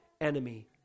enemy